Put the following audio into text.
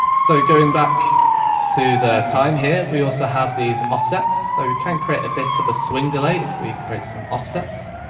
so going back to the time here, we also have these offsets, so you can create a bit of a swing delay if we create some offsets.